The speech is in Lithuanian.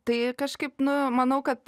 tai kažkaip nu manau kad